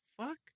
fuck